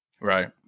right